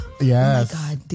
Yes